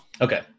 Okay